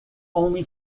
only